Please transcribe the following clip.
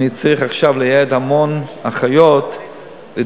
אני צריך עכשיו לייעד המון אחיות לדרום,